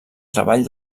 treball